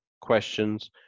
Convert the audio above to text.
questions